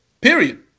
period